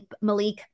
Malik